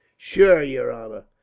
shure, yer honor,